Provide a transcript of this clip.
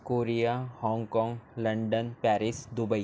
Korea Hong Kong London Paris Dubai